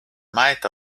might